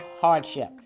hardship